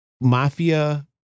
mafia